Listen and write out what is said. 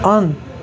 اَن